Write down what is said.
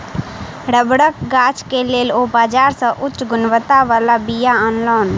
रबड़क गाछ के लेल ओ बाजार से उच्च गुणवत्ता बला बीया अनलैन